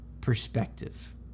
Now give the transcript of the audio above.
perspective